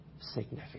significant